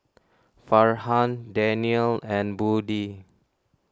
Farhan Danial and Budi